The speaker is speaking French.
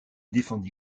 défendit